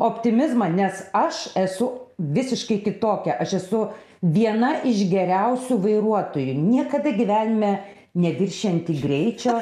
optimizmą nes aš esu visiškai kitokia aš esu viena iš geriausių vairuotojų niekada gyvenime neviršijanti greičio